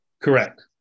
Correct